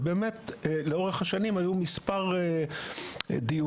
לאורך השנים היו מספר דיונים,